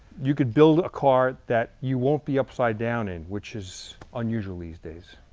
you could build a car that you won't be upside down in, which is unusual these days.